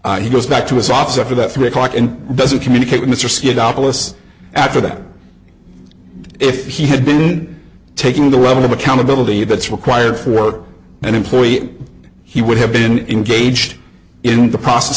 n he goes back to his office after that three o'clock and doesn't communicate with mr c doubtless after that if he had been taking the level of accountability that's required for work and employee he would have been engaged in the process